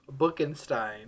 Bookenstein